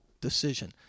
decision